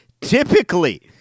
typically